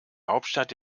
hauptstadt